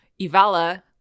Ivala